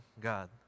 God